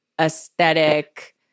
aesthetic